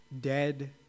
dead